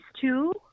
two